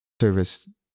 service